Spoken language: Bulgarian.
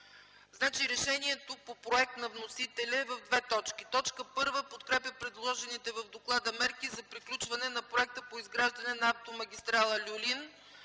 Решението по проект на вносителя е в две точки: „1. Подкрепя предложените в доклада мерки за приключване на проекта по изграждане на автомагистрала „Люлин”.